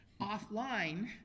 offline